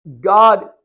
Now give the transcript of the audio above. God